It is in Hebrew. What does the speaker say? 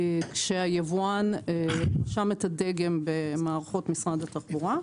כשהיבואן רשם את הדגם במערכות משרד התחבורה.